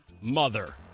Mother